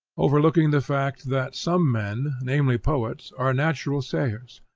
overlooking the fact that some men, namely poets, are natural sayers,